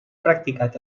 practicat